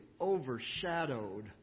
overshadowed